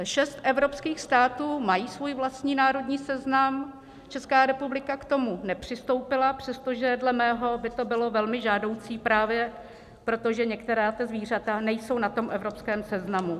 Šest evropských států má svůj vlastní národní seznam, Česká republika k tomu nepřistoupila, přestože dle mého by to bylo právě velmi žádoucí, protože některá zvířata nejsou na evropském seznamu.